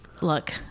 look